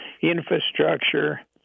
infrastructure